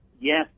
yes